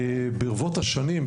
ברבות השנים,